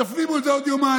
תפנימו את זה בעוד יומיים.